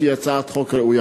כי היא הצעת חוק ראויה.